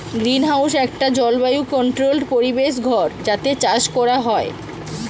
greenhouse একটা জলবায়ু controlled পরিবেশ ঘর যাতে চাষ কোরা হয়